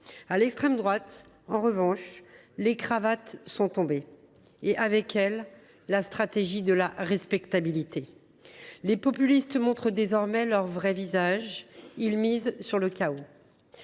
À l’extrême droite, en revanche, les cravates sont tombées et, avec elles, la stratégie de la respectabilité. Les populistes montrent désormais leur vrai visage : ils misent sur le chaos.